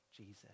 Jesus